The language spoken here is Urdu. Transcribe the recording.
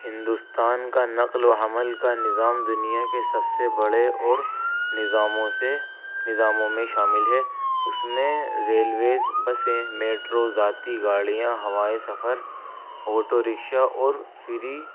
ہندوستان کا نقل و حمل کا نظام دنیا کے سب سے بڑے اور نظاموں سے نظاموں میں شامل ہے اس میں ریلویز بسیں میٹرو ذاتی گاڑیاں ہوائی سفر آٹو رکشا اور فری